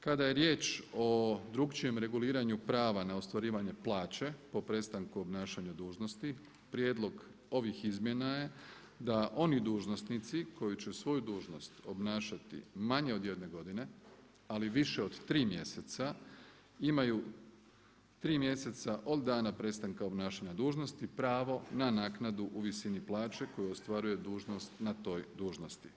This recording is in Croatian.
Kada je riječ o drukčijem reguliranju prava na ostvarivanje plaće po prestanku obnašanja dužnosti prijedlog ovih izmjena je da oni dužnosnici koji će svoju dužnost obnašati manje od jedne godine, ali više od tri mjeseca imaju tri mjeseca od dana prestanka obnašanja dužnosti pravo na naknadu u visini plaće koju ostvaruje na toj dužnosti.